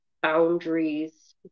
boundaries